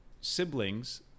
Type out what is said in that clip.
siblings